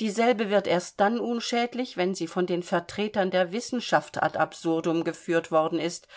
dieselbe wird erst dann unschädlich wenn sie von den vertretern der wissenschaft ad absurdum geführt worden ist